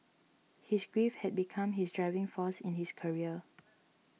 his grief had become his driving force in his career